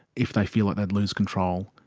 if they feel like they'd lose control,